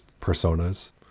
personas